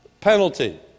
penalty